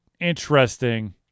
interesting